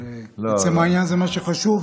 אבל עצם העניין זה מה שחשוב,